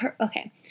okay